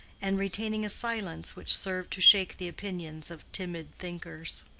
and retaining a silence which served to shake the opinions of timid thinkers.